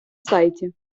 сайті